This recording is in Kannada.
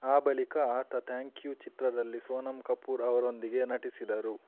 ಆ ಬಳಿಕ ಆತ ತ್ಯಾಂಕ್ ಯು ಚಿತ್ರದಲ್ಲಿ ಸೋನಮ್ ಕಪೂರ್ ಅವರೊಂದಿಗೆ ನಟಿಸಿದರು